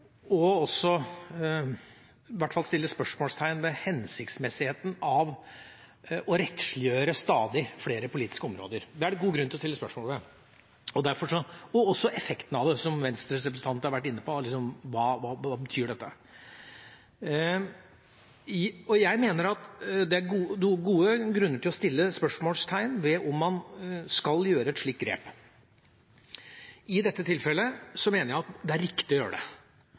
spørsmålstegn ved hensiktsmessigheten av å rettsliggjøre stadig flere politiske områder. Det er det god grunn til å stille spørsmål ved, også ved effekten av det, som Venstres representant har vært inne på: Hva betyr dette? Jeg mener at det er gode grunner til å sette spørsmålstegn ved om man skal gjøre et slikt grep. I dette tilfellet mener jeg at det er riktig å gjøre det,